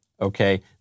Okay